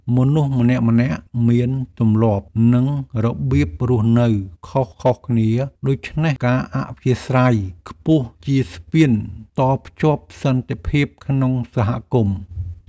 មនុស្សម្នាក់ៗមានទម្លាប់និងរបៀបរស់នៅខុសៗគ្នាដូច្នេះការអធ្យាស្រ័យខ្ពស់ជាស្ពានតភ្ជាប់សន្តិភាពក្នុងសហគមន៍។